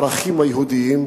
מהערכים היהודיים,